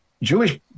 Jewish